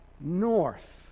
north